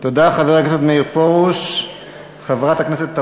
תודה, חבר הכנסת מאיר פרוש.